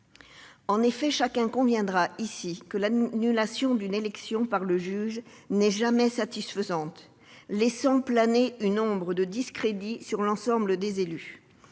En effet, chacun conviendra ici que l'annulation d'une élection par le juge n'est jamais satisfaisante, laissant planer une ombre de discrédit sur l'ensemble des élus.